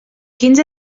quins